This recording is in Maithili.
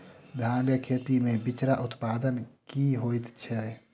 धान केँ खेती मे बिचरा उत्पादन की होइत छी?